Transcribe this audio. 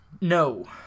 No